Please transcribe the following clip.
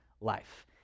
life